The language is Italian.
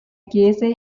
chiese